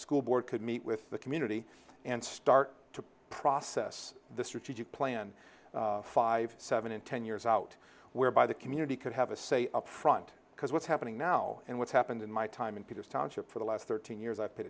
school board could meet with the community and start to process the strategic plan five seven and ten years out whereby the community could have a say up front because what's happening now and what's happened in my time in peter's township for the last thirteen years i paid